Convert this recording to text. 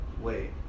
wait